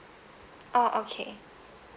orh okay